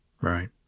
Right